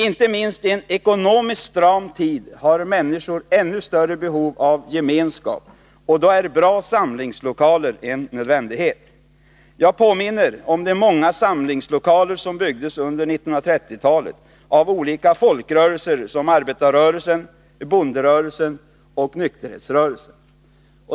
Inte minst i en ekonomiskt stram tid har människor ännu större behov av gemenskap och då är bra samlingslokaler en nödvändighet. Jag påminner om de många samlingslokaler som byggdes under 1930-talet av olika folkrörelser som arbetarrörelsen, bonderörelsen och nykterhetsrörelsen.